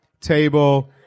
table